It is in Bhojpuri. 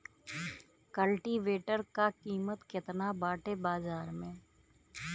कल्टी वेटर क कीमत केतना बाटे बाजार में?